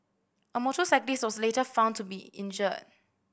a motorcyclist was later found to be injured